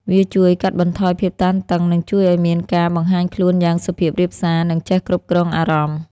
វាជួយកាត់បន្ថយភាពតានតឹង និងជួយឲ្យមានការបង្ហាញខ្លួនយ៉ាងសុភាពរាបសារ និងចេះគ្រប់គ្រងអារម្មណ៍។